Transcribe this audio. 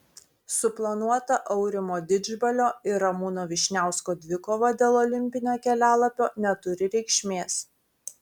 suplanuota aurimo didžbalio ir ramūno vyšniausko dvikova dėl olimpinio kelialapio neturi reikšmės